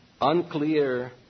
unclear